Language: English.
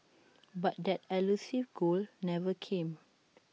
but that elusive goal never came